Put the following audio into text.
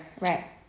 Right